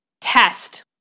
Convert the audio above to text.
test